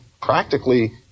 practically